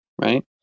Right